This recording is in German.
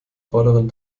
vorderen